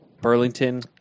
burlington